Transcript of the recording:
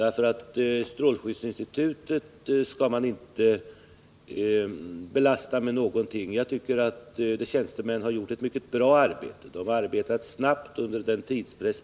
Strålskyddsinstitutet bör nämligen inte lastas för någonting. Jag tycker att institutets tjänstemän har gjort ett mycket bra arbete, och de har arbetat snabbt under en hård tidspress.